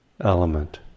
element